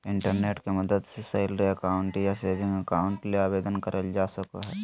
internet के मदद से सैलरी अकाउंट या सेविंग अकाउंट ले आवेदन करल जा सको हय